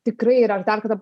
tikrai yra aš dar kartą